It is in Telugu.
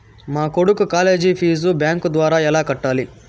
మా కొడుకు కాలేజీ ఫీజు బ్యాంకు ద్వారా ఎలా కట్టాలి?